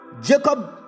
Jacob